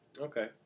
Okay